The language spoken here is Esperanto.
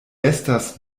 estas